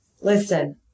listen